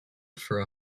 for